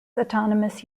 autonomous